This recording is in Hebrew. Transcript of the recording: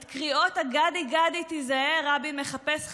את קריאות הגדי, גדי תיזהר, רבין מחפש חבר,